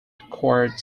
acquired